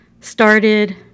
started